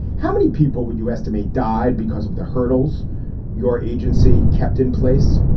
how many people would you estimate died because of the hurdles your agency kept in place?